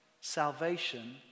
salvation